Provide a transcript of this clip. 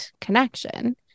connection